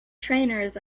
trainers